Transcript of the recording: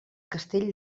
castell